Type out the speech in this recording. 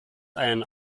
einen